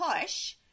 push